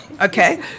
okay